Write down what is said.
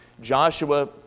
Joshua